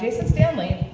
stanley